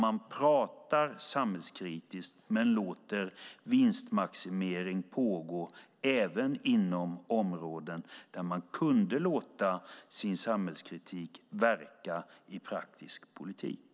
Man pratar samhällskritiskt men låter vinstmaximering pågå även inom områden där man kunde låta sin samhällskritik verka i praktisk politik.